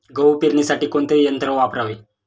गहू पेरणीसाठी कोणते यंत्र वापरावे?